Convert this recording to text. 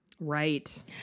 right